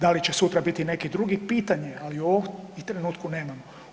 Da li će sutra biti neki drugi, pitanje je, ali u ovom ih trenutku nemamo.